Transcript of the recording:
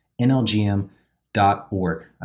NLGM.org